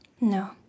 No